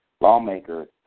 lawmakers